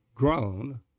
grown